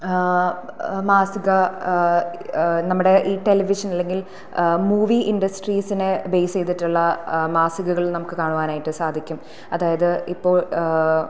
മാസിക നമ്മുടെ ഈ ടെലിവിഷൻ അല്ലെങ്കിൽ മൂവി ഇൻ്റസ്ട്രീസിനെ ബേസ് ചെയ്തിട്ടുള്ള മാസികകൾ നമുക്ക് കാണുവാനായിട്ട് സാധിക്കും അതായത് ഇപ്പോൾ